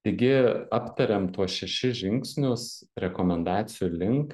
taigi aptarėm tuos šešis žingsnius rekomendacijų link